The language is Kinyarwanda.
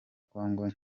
congo